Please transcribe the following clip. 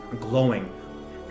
glowing